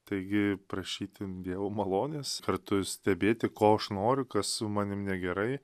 taigi prašytim dievo malonės kartu stebėti ko aš noriu kas su manim negerai